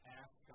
ask